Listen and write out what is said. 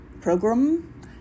Program